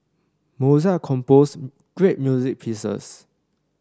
Mozart composed great music pieces